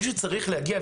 מישהו צריך להגיע,